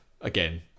again